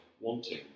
wanting